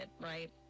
right